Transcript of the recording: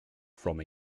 from